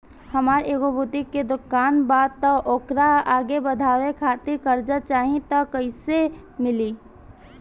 हमार एगो बुटीक के दुकानबा त ओकरा आगे बढ़वे खातिर कर्जा चाहि त कइसे मिली?